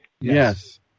Yes